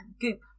goop